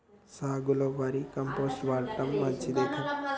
సాగులో vermicompost వాడటం మంచిదే కదా?